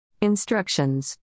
Instructions